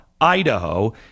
Idaho